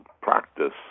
practice